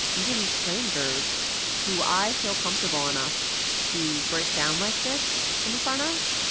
even strangers who i feel comfortable enough to break down like this in front of,